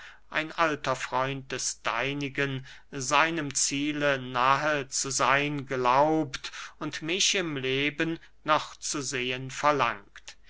ein alter freund des deinigen seinem ziele nahe zu seyn glaubt und mich im leben noch zu sehen verlangt